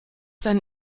sein